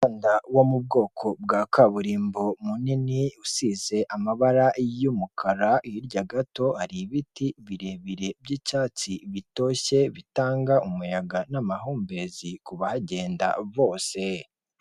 Umuhanda wo mu bwoko bwa kaburimbo munini usize amabara y'umukara, hirya gato hari ibiti birebire by'icyatsi bitoshye bitanga umuyaga n'amahumbezi ku bagenda bose.